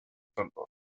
standort